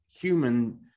human